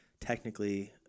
technically